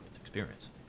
Experience